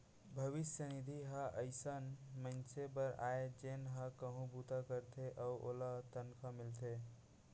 भविस्य निधि ह अइसन मनसे बर आय जेन ह कहूँ बूता करथे अउ ओला तनखा मिलथे